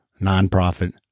nonprofit